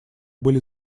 были